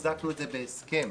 ואפילו חיזקנו את זה בהסכם